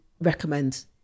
recommend